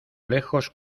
lejos